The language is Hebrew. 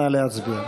נא להצביע.